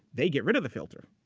they get rid of the filter.